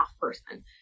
person